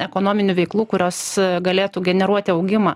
ekonominių veiklų kurios galėtų generuoti augimą